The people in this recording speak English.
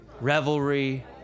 revelry